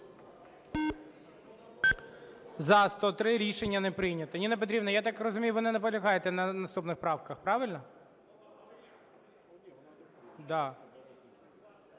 За-103 Рішення не прийнято. Ніна Петрівна, я так розумію, ви не наполягаєте на наступних правках, правильно?